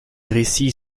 récits